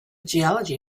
geology